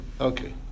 Okay